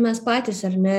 mes patys ar ne